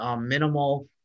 minimal